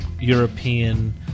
European